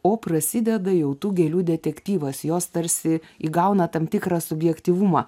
o prasideda jau tų gėlių detektyvas jos tarsi įgauna tam tikrą subjektyvumą